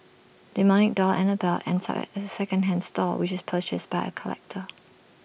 demonic doll Annabelle ends up at A second hand store where IT is purchased by A collector